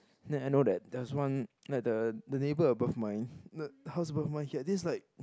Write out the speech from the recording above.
then I know that there's one like the the neighbour above mine the house above mine he had this like